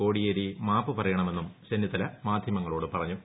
കോടിയേരി മാപ്പു പറയണമെന്നും ചെന്നിത്തല മാധ്യമങ്ങളോട് പറഞ്ഞു